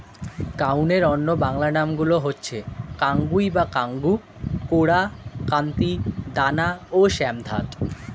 কাউনের অন্য বাংলা নামগুলো হচ্ছে কাঙ্গুই বা কাঙ্গু, কোরা, কান্তি, দানা ও শ্যামধাত